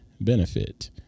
benefit